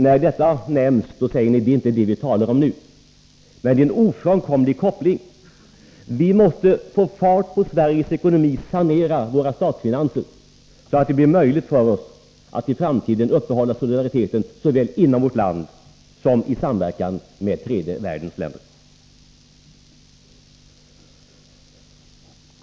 När detta nämns säger ni: Det är inte det vi talar om nu. Men det är en ofrånkomlig koppling. Vi måste få fart på Sveriges ekonomi, sanera våra statsfinanser så att det blir möjligt för oss att i framtiden uppehålla solidariteten, såväl inom vårt land som i samverkan med tredje världens länder.